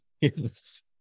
Yes